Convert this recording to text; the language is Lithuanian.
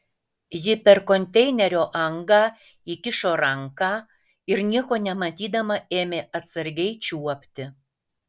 ji per konteinerio angą įkišo ranką ir nieko nematydama ėmė atsargiai čiuopti